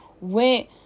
went